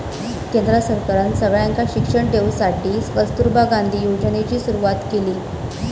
केंद्र सरकारना सगळ्यांका शिक्षण देवसाठी कस्तूरबा गांधी योजनेची सुरवात केली